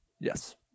yes